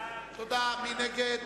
מי נגד?